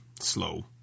slow